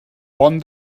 pont